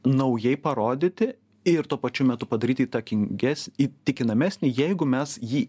naujai parodyti ir tuo pačiu metu padaryti įtakinges įtikinamesnį jeigu mes jį